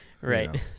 right